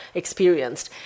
experienced